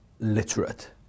literate